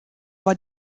war